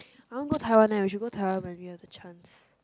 I want go taiwan leh we should go taiwan when we have the chance